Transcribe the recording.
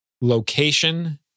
location